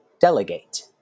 delegate